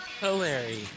hilarious